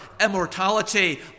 immortality